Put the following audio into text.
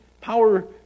Power